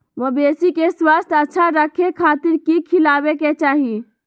मवेसी के स्वास्थ्य अच्छा रखे खातिर की खिलावे के चाही?